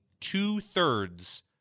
two-thirds